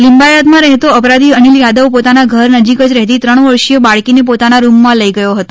લીંબાયતમાં રહેતો અપરાધી અનિલ યાદવ પોતાના ઘર નજીક જ રહેતી ત્રણ વર્ષિય બાળકીને પોતાના રૂમમાં લઇ ગયો હતો